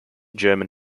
german